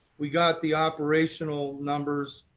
we got the operational numbers,